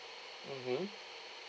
mmhmm